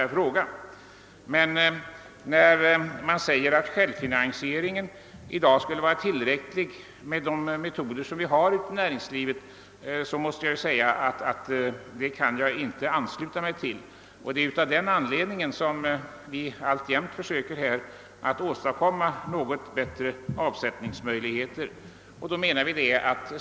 Den nu framförda uppfattningen att självfinansieringen skulle vara tillräcklig med de metoder som vi i dag har i näringslivet kan jag emellertid inte ansluta mig till. Det är av den anledningen som vi alltjämt försöker att åstadkomma något bättre avsättningsmöjligheter.